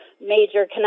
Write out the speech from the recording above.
major